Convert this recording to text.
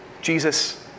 Jesus